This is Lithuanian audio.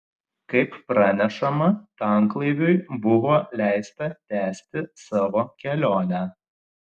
kaip pranešama tanklaiviui buvo leista tęsti savo kelionę